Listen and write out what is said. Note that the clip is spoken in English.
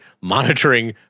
monitoring